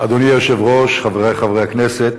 אדוני היושב-ראש, חברי חברי הכנסת,